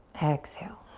exhale.